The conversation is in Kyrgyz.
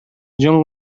жөн